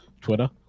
Twitter